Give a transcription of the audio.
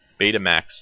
Betamax